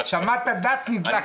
שמעת דת, נדלקת.